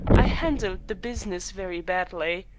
i handled the business very badly.